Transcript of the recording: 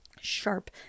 sharp